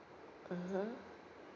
mmhmm